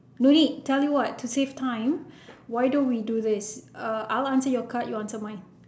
no need tell you what to save time why don't we do this uh I'll answer your card you answer mine